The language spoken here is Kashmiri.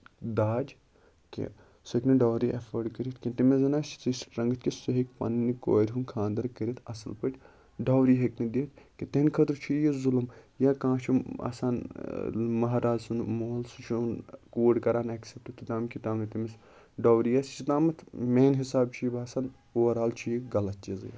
دَاج کیٚنہہ سُہ ہیٚکہِ نہٕ ڈوری اٮ۪فٲڑ کٔرِتھ کیٚنہہ تٔمِس زَن آسہِ تِژٕے سٹرنگٕتھ کہِ سُہ ہیٚکہِ پَنٕنہِ کورِ ہُند خاندر کٔرِتھ اَصٕل پٲٹھۍ ڈوری ہیٚکہِ نہٕ دِتھ کیٚنہہ تِہںٛد خٲطرٕ چھُ یہِ ظُلُم یا کانٛہہ چھُ آسان مہرازٕ سُند مول سُہ چھُ کوٗر کران ایٚکسیپٹ توتام یوٚتام نہٕ تٔمِس ڈوری آسہِ توتامَتھ میٲنہِ حِسابہٕ چھُ یہِ باسان اوٚور آل چھُ یہِ غلط چیٖزٕے